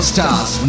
Stars